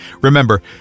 Remember